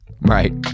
right